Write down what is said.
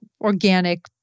organic